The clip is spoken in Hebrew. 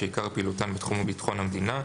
שעיקר פעילותן בתחום ביטחון המדינה,